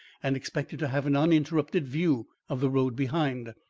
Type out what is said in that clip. and expected to have an uninterrupted view of the road behind.